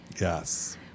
Yes